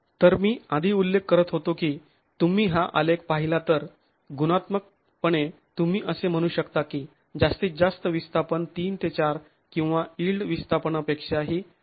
तर मी आधी उल्लेख करत होतो की तुम्ही हा आलेख पाहिला तर गुणात्मकपणे तुम्ही असे म्हणू शकता की जास्तीत जास्त विस्थापन ३ ते ४ किंवा यिल्ड विस्थापनपेक्षाही जास्त आहे